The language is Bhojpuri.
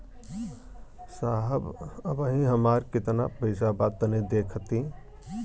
साहब अबहीं हमार कितना पइसा बा तनि देखति?